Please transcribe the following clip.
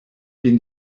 been